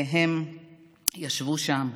והם ישבו שם.